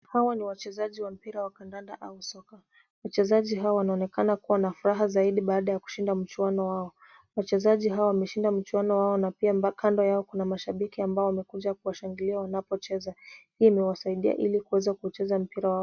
Hawa ni wachezaji wa mpira wa kandanda au soka. Wachezaji hawa wanaonekana kuwa na furaha zaidi baada ya kushindana mchuano wao. Wachezaji hawa wameshinda mchuano wao na pia kando yao kuna mashabiki ambao wamekuja kuwashangilia wanapocheza. Hii imewasaidia ili kuweza kucheza mpira wao.